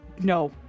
No